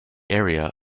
area